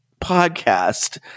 podcast